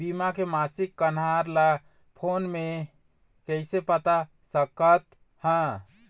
बीमा के मासिक कन्हार ला फ़ोन मे कइसे पता सकत ह?